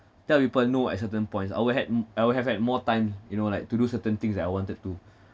tell people no at certain points I will had n~ I'll have like more time you know like to do certain things that I wanted to